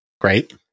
Great